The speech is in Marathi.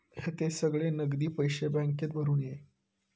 हयते सगळे नगदी पैशे बॅन्केत भरून ये